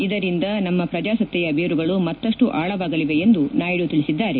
ಇದರಿಂದ ನಮ್ಮ ಪ್ರಜಾಸತ್ತೆಯ ಬೇರುಗಳು ಮತ್ತಷ್ಟು ಆಳವಾಗಲಿವೆ ಎಂದು ನಾಯ್ಡು ತಿಳಿಸಿದ್ದಾರೆ